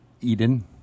Eden